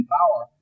power